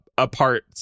Apart